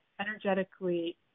energetically